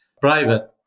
private